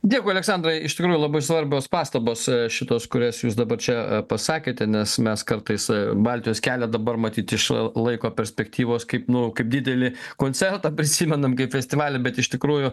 dėkui aleksandrai iš tikrųjų labai svarbios pastabos šitos kurias jūs dabar čia pasakėte nes mes kartais baltijos kelią dabar matyt iš laiko perspektyvos kaip nu kaip didelį koncertą prisimenam kaip festivalį bet iš tikrųjų